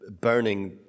burning